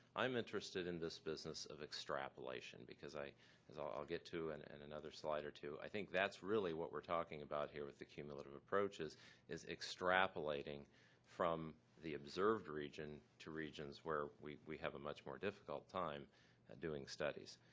i'm interested in this business of extrapolation because as i'll i'll get to in and and another slide or two, i think that's really what we're talking about here with the cumulative approaches is extrapolating from the observed region to regions where we we have a much more difficult time at doing studies.